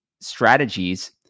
strategies